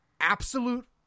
absolute